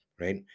right